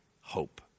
hope